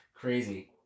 Crazy